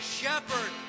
shepherd